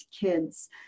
kids